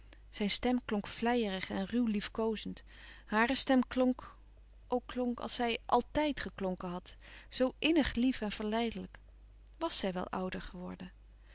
zijn stem klonk vleierig en ruw liefkoozend hare stem klonk o klonk als zij altijd geklonken had zoo innig lief en verleidelijk wàs zij wel ouder geworden